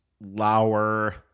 Lauer